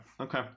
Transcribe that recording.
okay